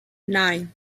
nine